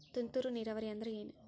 ತುಂತುರು ನೇರಾವರಿ ಅಂದ್ರ ಏನ್?